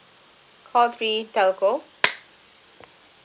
call three telco